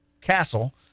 Castle